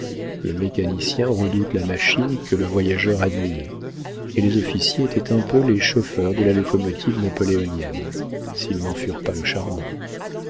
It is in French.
le mécanicien redoute la machine que le voyageur admire et les officiers étaient un peu les chauffeurs de la locomotive napoléonienne s'ils n'en furent pas le charbon